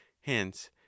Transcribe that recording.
hence